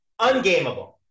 Ungameable